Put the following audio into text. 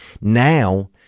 now